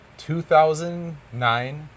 2009